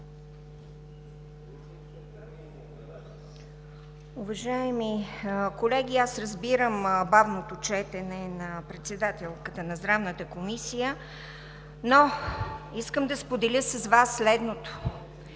Уважаеми колеги, аз разбирам бавното четене на председателката на Здравната комисия, но искам да споделя с Вас следното.